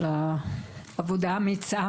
על העבודה האמיצה